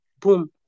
boom